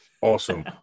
awesome